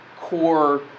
core